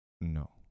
No